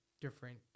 different